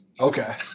Okay